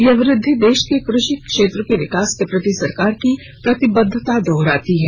यह वृद्धि देश के कृषि क्षेत्र के विकास के प्रति सरकार की प्रतिबद्धता दोहराती है